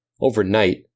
overnight